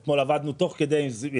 אתמול עבדנו תוך כדי ישיבות.